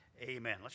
Amen